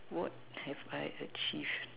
what have I achieved